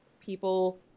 people